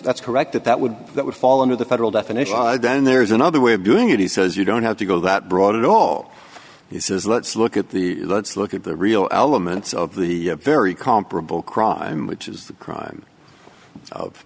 that's correct that that would that would fall under the federal definition then there is another way of doing it he says you don't have to go that brought it all he says let's look at the let's look at the real elements of the very comparable crime which is the crime of